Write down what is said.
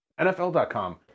NFL.com